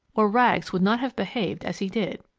or rags would not have behaved as he did.